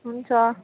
हुन्छ